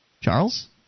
Charles